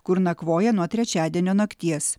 kur nakvoja nuo trečiadienio nakties